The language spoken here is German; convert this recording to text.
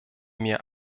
mir